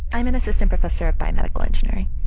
i'm an assistant professor of biomedical engineering.